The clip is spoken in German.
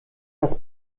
was